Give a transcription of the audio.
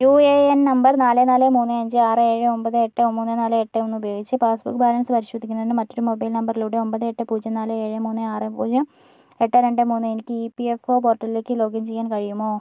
U A N number നാല് നാല് മൂന്ന് അഞ്ച് ആറ് ഏഴ് ഒമ്പത് എട്ട് മൂന്ന് നാല് എട്ട് ഒന്ന് ഉപയോഗിച്ച് പാസ്ബുക്ക് ബാലൻസ് പരിശോധിക്കുന്നതിന് മറ്റൊരു മൊബൈൽ നമ്പറിലൂടെ ഒമ്പത് എട്ട് പൂജ്യം നാല് ഏഴ് മൂന്ന് ആറ് പൂജ്യം എട്ട് രണ്ട് മൂന്ന് എനിക്ക് ഇ പി എഫ് ഒ പോർട്ടലിലേക്ക് ലോഗിൻ ചെയ്യാൻ കഴിയുമോ